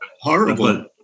Horrible